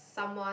someone